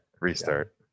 Restart